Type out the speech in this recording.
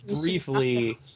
briefly